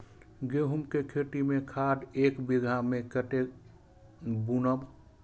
गेंहू के खेती में खाद ऐक बीघा में कते बुनब?